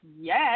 Yes